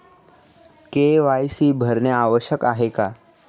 KYC भरणे आवश्यक आहे का?